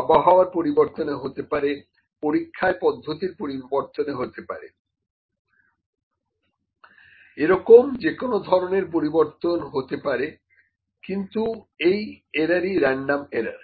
আবহাওয়ার পরিবর্তনে হতে পারে পরীক্ষায় পদ্ধতির পরিবর্তনে হতে পারে এরকম যেকোনো ধরনের পরিবর্তন হতে পারে কিন্তু এই এরারই রেনডম এরার